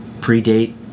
predate